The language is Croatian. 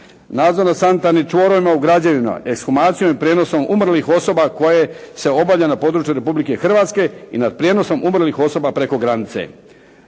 Nadzor na sanitarnim čvorovima u građevinama, ekshumacijom i prijenosom umrlih osoba koje se obavlja na području Republike Hrvatske i nad prijenosom umrlih osoba preko granice.